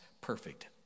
perfect